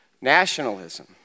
nationalism